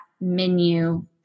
menu